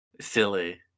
silly